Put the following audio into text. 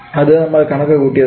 അത് നമ്മൾ കണക്ക് കൂട്ടിയതാണ്